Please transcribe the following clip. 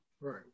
Right